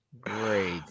great